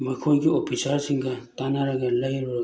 ꯃꯈꯣꯏꯒꯤ ꯑꯣꯐꯤꯁꯥꯔꯁꯤꯡꯒ ꯇꯥꯟꯅꯔꯒ ꯂꯩꯔꯨꯔꯒ